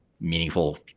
meaningful